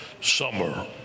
summer